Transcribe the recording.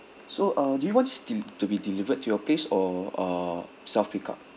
so uh do you want this de~ to be delivered to your place or uh self pick up